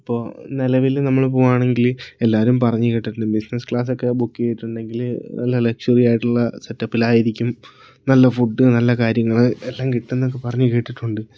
ഇപ്പോൾ നിലവിൽ നമ്മള് പോകുവാണെങ്കിൽ എല്ലാവരും പറഞ്ഞ് കേട്ടിട്ടുണ്ട് ബിസിനസ് ക്ലാസ്സൊക്കെ ബുക്ക് ചെയ്തിട്ടുണ്ടെങ്കിൽ നല്ല ലക്ഷറിയായിട്ടുള്ള സെറ്റപ്പിലായിരിക്കും നല്ല ഫുഡ് നല്ല കാര്യങ്ങള് എല്ലാം കിട്ടും എന്നൊക്കെ പറഞ്ഞ് കേട്ടിട്ടുണ്ട്